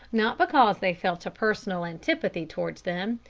not because they felt a personal antipathy towards them,